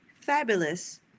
fabulous